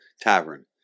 Tavern